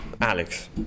Alex